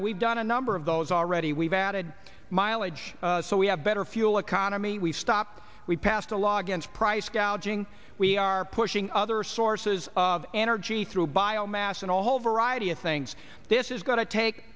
and we've done a number of those already we've added mileage so we have better fuel economy we've stopped we passed a law against price gouging we are pushing other sources of energy through bio mass and a whole variety of things this is going to take